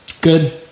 Good